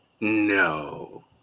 No